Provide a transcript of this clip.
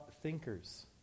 thinkers